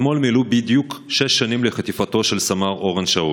אתמול מלאו בדיוק שש שנים לחטיפתו של סמ"ר אורון שאול.